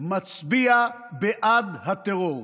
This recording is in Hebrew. מצביע בעד הטרור,